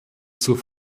zur